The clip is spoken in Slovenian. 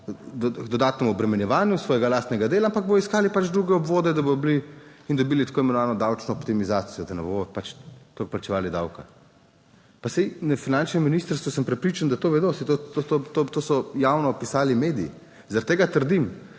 k dodatnemu obremenjevanju svojega lastnega dela, ampak bodo iskali pač druge obvode, da bodo bili in dobili tako imenovano davčno optimizacijo, da ne bodo plačevali davka. Pa saj na finančnem ministrstvu, sem prepričan, da to vedo, saj to so javno pisali mediji, zaradi tega trdim,